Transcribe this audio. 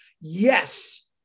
yes